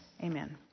Amen